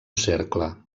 cercle